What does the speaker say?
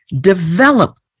develop